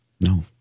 No